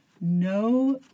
no